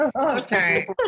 Okay